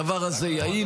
הדבר הזה יעיל,